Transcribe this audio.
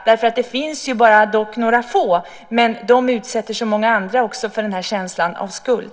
Det är bara några få som missköter sig, men de utsätter många andra för en känsla av skuld.